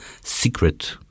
secret